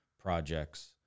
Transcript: projects